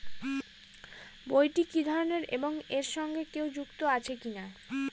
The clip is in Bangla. বইটি কি ধরনের এবং এর সঙ্গে কেউ যুক্ত আছে কিনা?